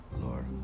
Lord